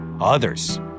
Others